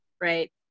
right